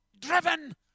driven